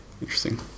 Interesting